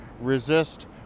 resist